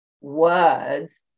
words